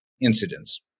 incidents